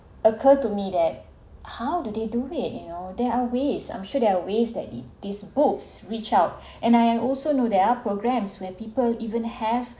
occur to me that how do they do it you know there are ways I'm sure there are ways that it this books reach out and I am also knew there are programs where people even have